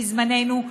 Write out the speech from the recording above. בזמננו,